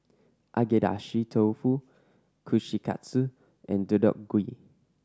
Agedashi Dofu Kushikatsu and Deodeok Gui